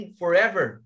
forever